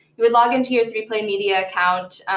you would log in to your three play media account,